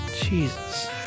Jesus